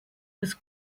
was